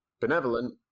benevolent